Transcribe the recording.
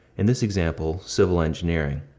in this example, civil engineering.